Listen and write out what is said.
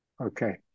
Okay